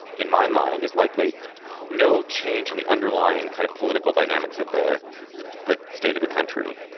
in my mind is likely no change in the underlying kind of political dynamics of the the state of the country.